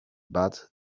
but